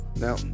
Now